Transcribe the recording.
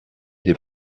des